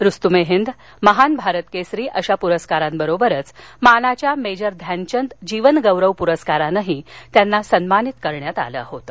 रुस्तुम ए हिंद महान भारत केसरी अशा पुरस्कारांबरोबरच मानाच्या मेजर ध्यानचंद जीवन गौरव प्रस्कारानंही त्यांना सन्मानित करण्यात आलं होतं